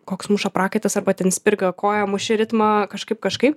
koks muša prakaitas arba ten spirga koja muši ritmą kažkaip kažkaip